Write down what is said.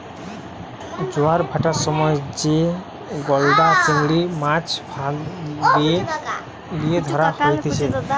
জোয়ার ভাঁটার সময় যে গলদা চিংড়ির, মাছ ফাঁদ লিয়ে ধরা হতিছে